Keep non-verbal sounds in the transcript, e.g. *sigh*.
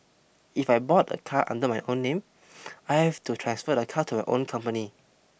if I bought a car under my own name *noise* I have to transfer the car to my own company